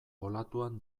olatuan